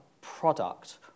product